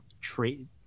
trade